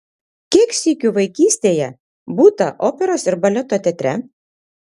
kiek sykių vaikystėje būta operos ir baleto teatre